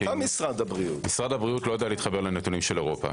משרד הבריאות לא יודע להתחבר לנתונים של אירופה.